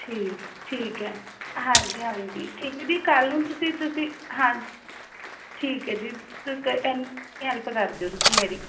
ਠੀਕ ਠੀਕ ਹੈ ਹਾਂਜੀ ਹਾਂਜੀ ਠੀਕ ਹੈ ਦੀਦੀ ਕੱਲ੍ਹ ਨੂੰ ਤੁਸੀਂ ਤੁਸੀਂ ਹਾਂਜੀ ਠੀਕ ਹੈ ਜੀ ਐਨੀ ਕੁ ਹੈਲਪ ਕਰ ਦਿਓ ਤੁਸੀਂ ਮੇਰੀ